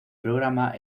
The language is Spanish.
programa